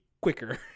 quicker